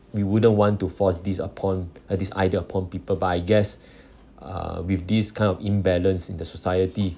we wouldn't want to force this upon uh this idea upon people but I guess uh with this kind of imbalance in the society